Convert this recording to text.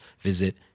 visit